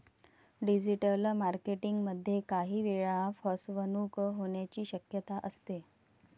digital marketing मध्ये काही वेळा फसवणूक होण्याची शक्यता असते